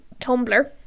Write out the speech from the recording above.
tumblr